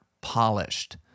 polished